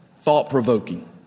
thought-provoking